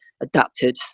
adapted